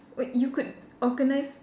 wait you could organise